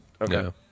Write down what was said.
Okay